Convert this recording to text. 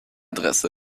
adresse